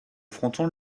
fronton